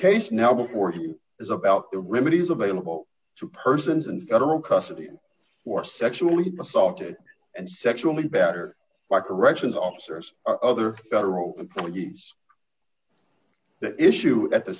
case now before he is about the remedy is available to persons in federal custody or sexually assaulted and sexually battered by corrections officers or other federal penalties the issue at the